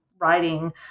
writing